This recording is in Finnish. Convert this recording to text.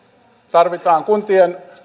tarvitaan kuntien